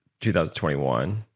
2021